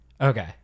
Okay